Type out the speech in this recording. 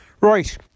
Right